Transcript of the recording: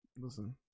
Listen